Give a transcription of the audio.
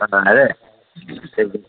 అ అ అదే